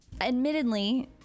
admittedly